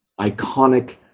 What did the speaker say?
iconic